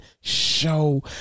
show